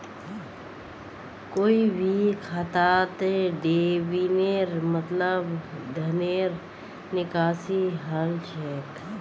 कोई भी खातात डेबिटेर मतलब धनेर निकासी हल छेक